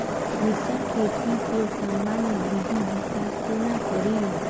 मिर्चा खेती केँ सामान्य वृद्धि विकास कोना करि?